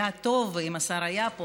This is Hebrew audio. היה טוב אם השר היה פה,